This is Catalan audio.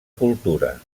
cultura